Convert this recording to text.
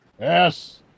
Yes